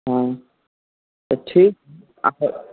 हाँ तो ठीक